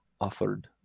offered